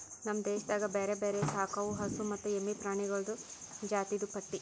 ನಮ್ ದೇಶದಾಗ್ ಬ್ಯಾರೆ ಬ್ಯಾರೆ ಸಾಕವು ಹಸು ಮತ್ತ ಎಮ್ಮಿ ಪ್ರಾಣಿಗೊಳ್ದು ಜಾತಿದು ಪಟ್ಟಿ